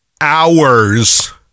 hours